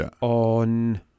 on